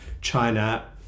China